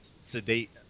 sedate